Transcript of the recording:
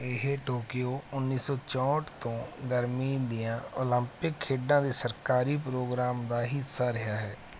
ਇਹ ਟੋਕੀਓ ਉੱਨੀ ਸੌ ਚੌਂਹਠ ਤੋਂ ਗਰਮੀਆਂ ਦੀਆਂ ਓਲੰਪਿਕ ਖੇਡਾਂ ਦੇ ਸਰਕਾਰੀ ਪ੍ਰੋਗਰਾਮ ਦਾ ਹਿੱਸਾ ਰਿਹਾ ਹੈ